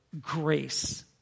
grace